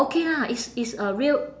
okay lah it's it's a real